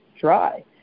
dry